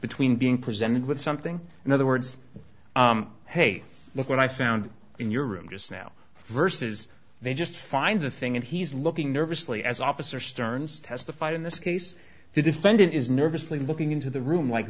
between being presented with something in other words hey look what i found in your room just now versus they just find the thing and he's looking nervously as officer stearns testified in this case the defendant is nervously looking into the room like